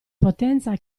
potenza